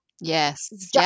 Yes